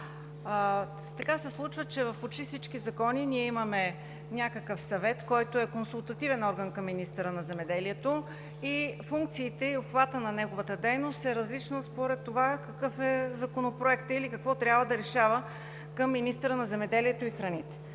Така се случва, че в почти всички закони ние имаме някакъв съвет, който е консултативен орган към министъра на земеделието, а функциите и обхватът на неговата дейност са различни според това какъв е законопроектът или какво трябва да решава към министъра на земеделието и храните.